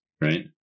right